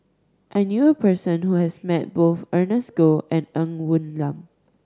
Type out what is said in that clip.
I knew a person who has met both Ernest Goh and Ng Woon Lam